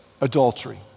adultery